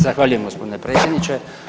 Zahvaljujem, gospodine predsjedniče.